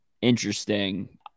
Interesting